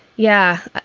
yeah,